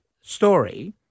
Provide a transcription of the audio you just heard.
story